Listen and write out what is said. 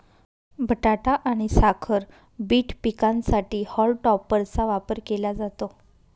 बटाटा आणि साखर बीट पिकांसाठी हॉल टॉपरचा वापर केला जातो